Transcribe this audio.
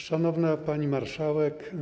Szanowna Pani Marszałek!